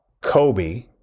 Kobe